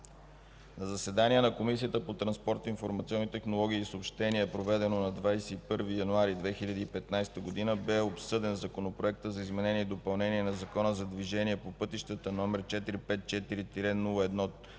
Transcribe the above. На заседание на Комисията по транспорт, информационни технологии и съобщения, проведено на 21 януари 2015 г., бе обсъден Законопроект за изменение и допълнение на Закона за движението по пътищата, № 454-01-62,